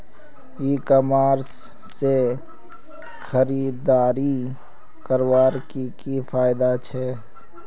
E commerce से खरीदारी करवार की की फायदा छे?